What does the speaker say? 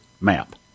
map